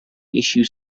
issue